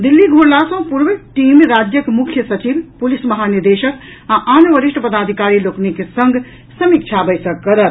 दिल्ली घुरला सँ पूर्व टीम राज्यक मुख्य सचिव पुलिस महानिदेशक आ आन वरिष्ठ पदाधिकारी लोकनिक संग समीक्षा बैसक करत